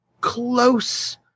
close